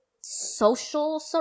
social